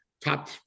top